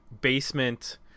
basement